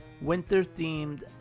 winter-themed